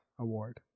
Award